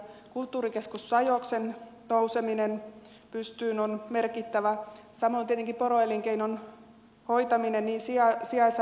kulttuurikeskus sajoksen nouseminen pystyyn on merkittävä samoin tietenkin poroelinkeinon hoitaminen niin sijaisapu kuin petokorvauskysymykset